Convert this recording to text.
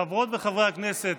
חברות וחברי הכנסת,